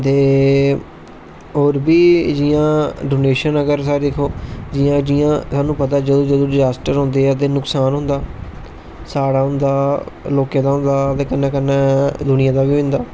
दे औऱ बी जियां डोनेशन अगर अस दिक्खो जियां जिया सानू पता जंदू जंदू डिजास्टर उंदे ऐ ते नुक्सान होंदा साडा होंदा लोके दा होदा ते कन्ने कन्ने दुनिया दा बी होई जंदा